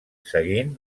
seguint